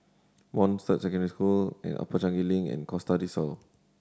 Montfort Secondary School Upper Changi Link and Costa Del Sol